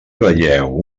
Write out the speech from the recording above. veieu